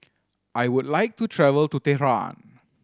I would like to travel to Tehran